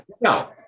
no